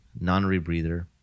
non-rebreather